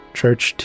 church